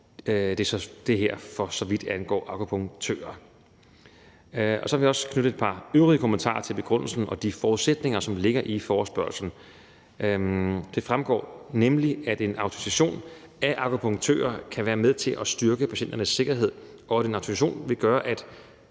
det her, for så vidt angår akupunktører. Så vil jeg også knytte et par øvrige kommentarer til begrundelsen og de forudsætninger, som ligger i forespørgslen. Det fremgår nemlig, at en autorisation af akupunktører kan være med til at styrke patienternes sikkerhed, og at en autorisation vil gøre, at